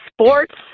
sports